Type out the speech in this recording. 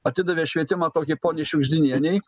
atidavė švietimą tokiai poniai šiugždinienei